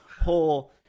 whole